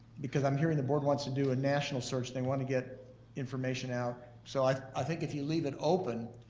because i'm hearing the board wants to do a national search thing to get information out, so i i think if you leave it open,